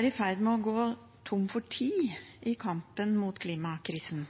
i ferd med å gå tom for tid i kampen mot klimakrisen.